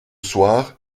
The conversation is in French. soir